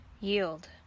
yield